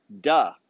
Duh